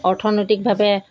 অৰ্থনৈতিকভাৱে